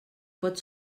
pot